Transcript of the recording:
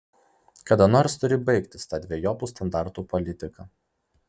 kada nors turi baigtis ta dvejopų standartų politika